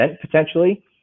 potentially